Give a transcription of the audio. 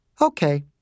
Okay